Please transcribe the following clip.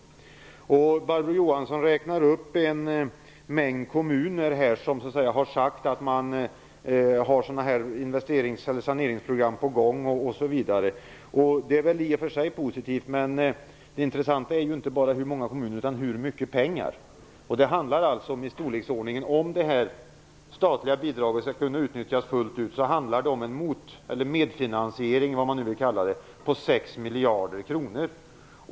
Barbro Johansson räknade upp en mängd kommuner som har sagt att de har sådana här saneringsprogram på gång. Det är i och för sig positivt, men det intressanta är inte bara hur många kommuner det är fråga om, utan hur mycket pengar det gäller. Om det statliga bidraget skall kunna utnyttjas fullt ut, handlar det om en medfinansiering i storleksordningen 6 miljarder kronor.